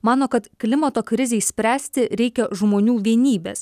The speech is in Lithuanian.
mano kad klimato krizei spręsti reikia žmonių vienybės